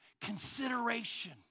Consideration